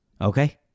Okay